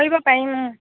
কৰিব পাৰিম